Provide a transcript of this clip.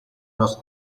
los